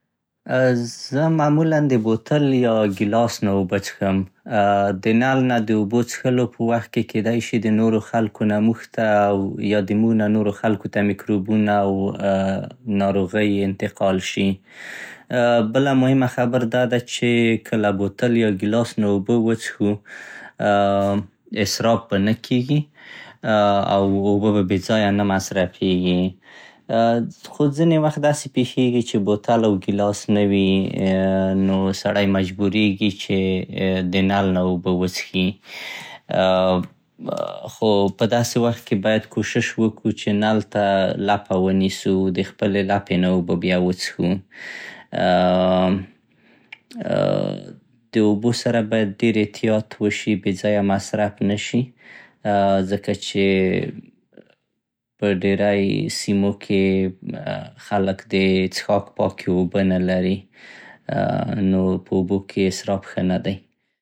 زه معمولا د بوتل يا ګيلاس نه او چښم. د نل نه د اوبو څښلو په وخت کې کېدی شي د نورو خلکو نه موږ ته او يا د موږ نه نورو خلکو ته ميکروبونه او يا ناروغۍ انتقال شي. بله مهم خبر دا ده چې که له بوتل يا ګيلاس نه اوبه وڅښو, اصراف به نه کېږي او اوبه به بې ځايه نه مصرفېږي. خو ځينې وخت داسې پېښېږي چې بوتل او ګيلاس نه وي; نو سړی مجبورېږي چې د نل نه اوبه وڅښي. خو په داسې وخت کې بايد کوشش وکو چې نل ته لپه ونيسو او له خپلې لپې نه اوبه بيا وڅښو. د اوبو سره بايد ډېر احتياط وشي, بې ځايه مصرف نشي, ځکه په ډېری سيمو کې خلک د څښاک پاکې اوبه نه لري; نو ځکه په اوبو کې اصراف ښه نه دی.